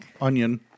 onion